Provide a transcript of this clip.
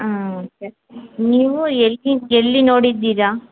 ಹ್ಞೂ ಓಕೆ ನೀವು ಎಲ್ಲಿ ಎಲ್ಲಿ ನೋಡಿದ್ದೀರ